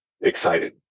excited